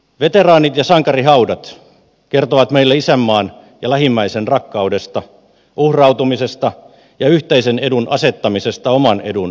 veteraanit ja sankarihaudat kertovat meille isänmaan ja lähimmäisenrakkaudesta uhrautumisesta ja yhteisen edun asettamisesta oman edun edelle